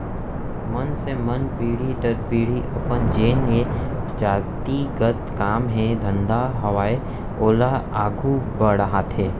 मनसे मन पीढ़ी दर पीढ़ी अपन जेन ये जाति गत काम हे धंधा हावय ओला आघू बड़हाथे